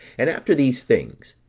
and after these things,